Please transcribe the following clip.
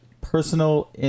Personal